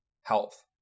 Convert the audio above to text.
health